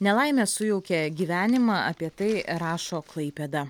nelaimė sujaukė gyvenimą apie tai rašo klaipėda